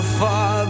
far